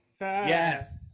Yes